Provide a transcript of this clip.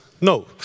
No